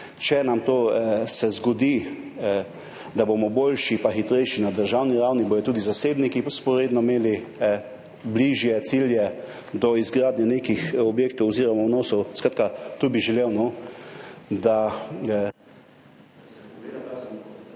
se nam zgodi, da bomo boljši pa hitrejši na državni ravni, bodo tudi zasebniki vzporedno imeli bližje cilje do izgradnje nekih objektov oziroma vnosov. Skratka, tu bi želel, da